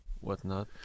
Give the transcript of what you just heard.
whatnot